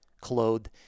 clothed